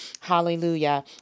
Hallelujah